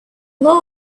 law